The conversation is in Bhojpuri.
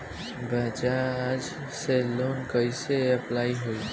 बज़ाज़ से लोन कइसे अप्लाई होई?